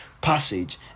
passage